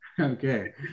Okay